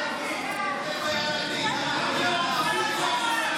ישראלים מפני מוסדות בין-לאומיים עוינים,